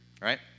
right